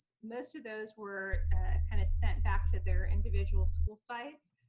most of those were kind of sent back to their individual school sites.